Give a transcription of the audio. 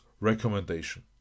recommendation